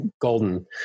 Golden